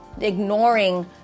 ignoring